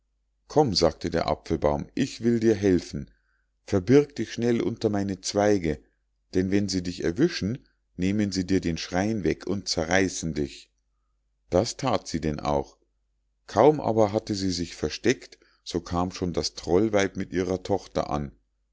komm sagte der apfelbaum ich will dir helfen verbirg dich schnell unter meine zweige denn wenn sie dich erwischen nehmen sie dir den schrein weg und zerreißen dich das that sie denn auch kaum aber hatte sie sich versteckt so kam schon das trollweib mit ihrer tochter an